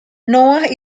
noah